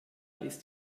ist